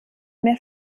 mehr